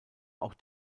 auch